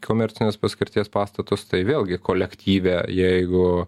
komercinės paskirties pastatus tai vėlgi kolektyve jeigu